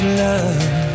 love